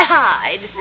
hide